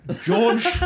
George